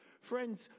Friends